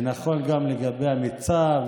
זה נכון גם לגבי המיצ"ב,